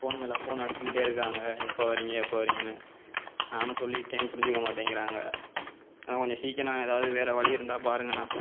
phone மேலே phone அடிச்சுக்கிட்டே இருக்காங்க எப்போ வரீங்க எப்போ வரீங்கன்னு நானும் சொல்லிட்டேன் புரிஞ்சுக்க மாட்டேங்கிறாங்க கொஞ்சம் சீக்கிணம் ஏதாவது வேற வழி இருந்தால் பாருங்கண்ணா